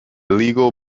legal